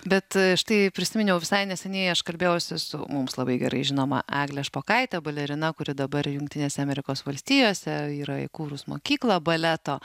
bet štai prisiminiau visai neseniai aš kalbėjausi su mums labai gerai žinoma egle špokaite balerina kuri dabar jungtinėse amerikos valstijose yra įkūrus mokyklą baleto